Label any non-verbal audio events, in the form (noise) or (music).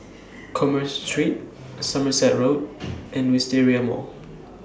Commerce Street Somerset Road (noise) and Wisteria Mall